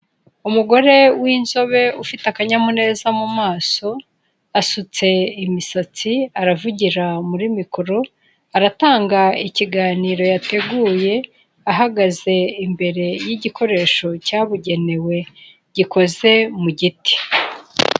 Umugore w'inzobe ufite akanyamuneza mu maso, asutse imisatsi, aravugira muri mikoro, aratanga ikiganiro yateguye ahagaze imbere y'igikoresho cyabugenewe gikoze mu giti.